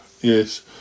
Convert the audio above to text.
Yes